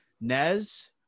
nez